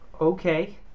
Okay